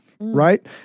right